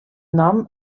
nom